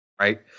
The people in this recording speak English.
Right